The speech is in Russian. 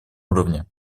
уровне